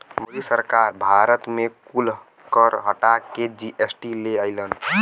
मोदी सरकार भारत मे कुल कर हटा के जी.एस.टी ले अइलन